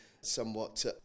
somewhat